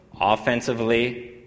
offensively